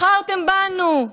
בחרתם בנו,